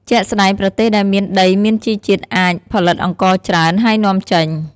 ជាក់ស្តែង ប្រទេសដែលមានដីមានជីជាតិអាច ផលិតអង្ករច្រើន ហើយនាំចេញ។